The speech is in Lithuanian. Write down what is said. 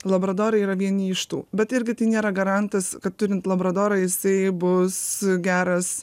labradorai yra vieni iš tų bet irgi nėra garantas kad turint labradorą jisai bus geras